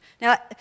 Now